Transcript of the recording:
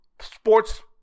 sports